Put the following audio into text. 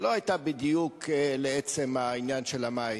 לא היתה בדיוק לעצם העניין של המים,